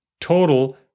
total